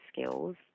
skills